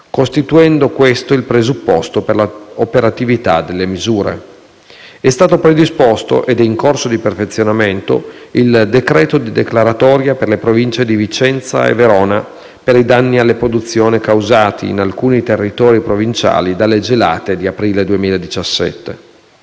costituendo questo il presupposto per l'operatività delle misure. È stato predisposto ed è in corso di perfezionamento il decreto di declaratoria per le province di Vicenza e Verona per i danni alle produzioni causati in alcuni territori provinciali dalle gelate di aprile 2017.